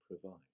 provide